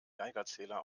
geigerzähler